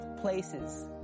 places